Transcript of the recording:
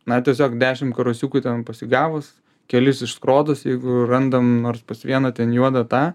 na tiesiog dešimt karosiukų ten pasigavus kelis išskrodus jeigu randam nors pas vieną ten juodą tą